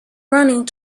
running